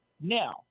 Now